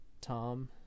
Tom